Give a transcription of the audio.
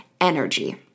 energy